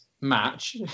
match